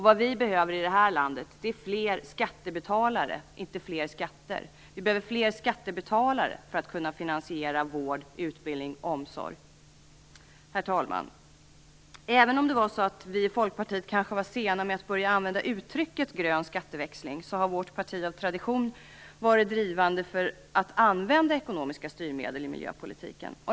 Vad vi behöver i det här landet är fler skattebetalare - inte fler skatter. Vi behöver fler skattebetalare för att kunna finansiera vård, utbildning och omsorg. Herr talman! Även om vi i Folkpartiet kanske var sena med att börja använda uttrycket grön skatteväxling har vårt parti av tradition varit drivande för att använda ekonomiska styrmedel i miljöpolitiken.